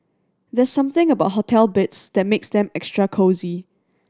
there's something about hotel beds that makes them extra cosy